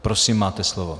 Prosím, máte slovo.